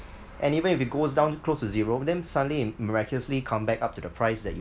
and even if it goes down close to zero then suddenly it miraculously come back up to the price that you